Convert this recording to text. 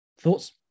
Thoughts